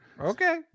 Okay